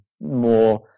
more –